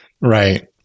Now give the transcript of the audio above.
right